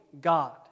God